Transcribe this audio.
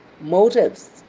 motives